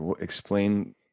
explain